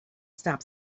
stop